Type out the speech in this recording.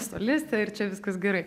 solistė ir čia viskas gerai